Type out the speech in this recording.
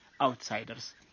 outsiders